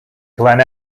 glen